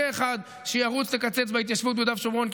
יהיה אחד שירוץ לקצץ בהתיישבות ביהודה ושומרון,